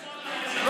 באתי לשמוע אותו.